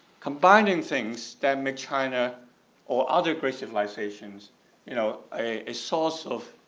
combining things that make china or other great civilizations you know a source of